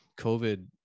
COVID